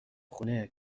خونه